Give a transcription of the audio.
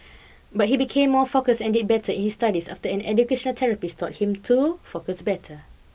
but he became more focused and did better in his studies after an educational therapist taught him to focus better